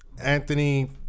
Anthony